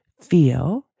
feel